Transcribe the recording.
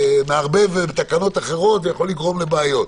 מערבב תקנות אחרות, ויכול לגרום לבעיות.